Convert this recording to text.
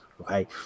Okay